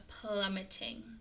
plummeting